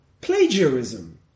plagiarism